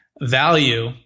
value